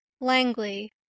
Langley